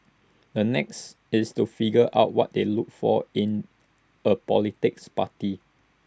the next is to figure out what they looked for in A politicals party